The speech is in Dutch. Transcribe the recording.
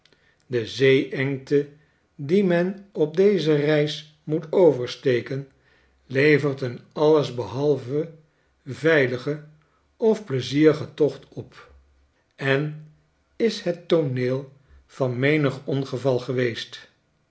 de zeeengte die men op deze reis moet oversteken levert een alles behalve veiligen of plei zierigen tocht op en is het tooneel van menig ongeval geweest